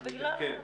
כן.